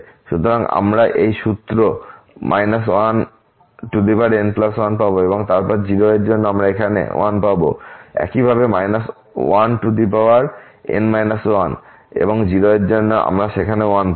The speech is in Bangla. সুতরাং আমরা এই সূত্র 1n1 পাব এবং তারপর 0 এর জন্য আমরা এখানে 1 পাব এবং একইভাবে 1n 1 এবং 0 এর জন্য আমরা সেখানে 1 পাব